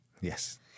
Yes